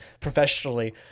professionally